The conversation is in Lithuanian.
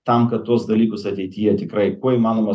tam kad tuos dalykus ateityje tikrai po įmanoma